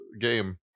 game